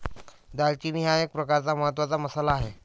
दालचिनी हा एक प्रकारचा महत्त्वाचा मसाला आहे